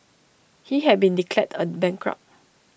he had been declared A bankrupt